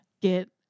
Get